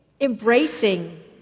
embracing